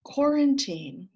quarantine